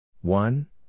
one